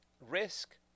risk